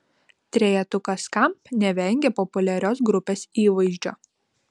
trejetukas skamp nevengia populiarios grupės įvaizdžio